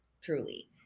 truly